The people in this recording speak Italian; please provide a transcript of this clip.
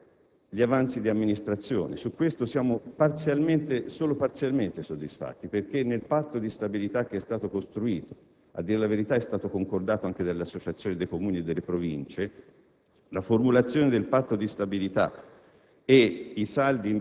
la possibilità da parte di Province e Comuni di utilizzare gli avanzi di amministrazione, siamo solo parzialmente soddisfatti, perché nel Patto di stabilità costruito - a dir la verità è stato concordato anche con le associazioni dei Comuni e delle Province